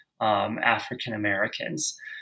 African-Americans